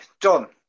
John